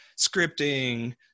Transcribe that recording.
scripting